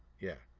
yeah